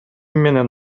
менен